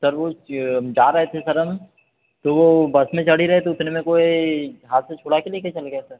sir वो जा रहे थे सर हम तो वो बस में चढ़ ही रहे थे उतने में कोई हाथ से छोड़ा के लेके चला गया सर